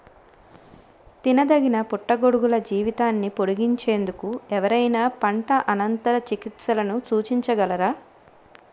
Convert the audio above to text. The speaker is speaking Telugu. తినదగిన పుట్టగొడుగుల జీవితాన్ని పొడిగించేందుకు ఎవరైనా పంట అనంతర చికిత్సలను సూచించగలరా?